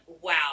wow